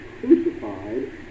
crucified